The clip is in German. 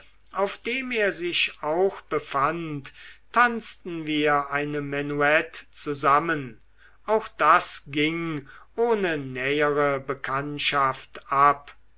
auf dem er sich auch befand tanzten wir eine menuett zusammen auch das ging ohne nähere bekanntschaft ab